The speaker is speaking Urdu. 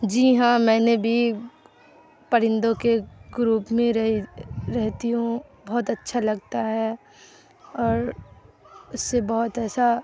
جی ہاں میں نے بھی پرندوں کے گروپ میں رہی رہتی ہوں بہت اچھا لگتا ہے اور اس سے بہت ایسا